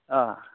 अ